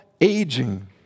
aging